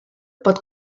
pot